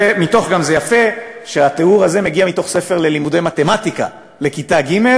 זה גם יפה שהתיאור הזה מגיע מתוך ספר ללימודי מתמטיקה לכיתה ג',